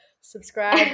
subscribe